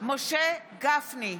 משה גפני,